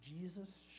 Jesus